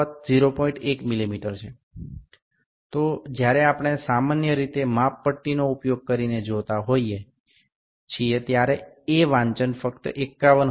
সুতরাং আমরা যখন এটি সাধারণত একটি স্কেল ব্যবহার করে দেখি তখন আমার মনে হয় এটি শুধুমাত্র ৫১ হবে